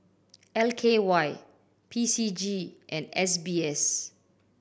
L K Y P C G and S B S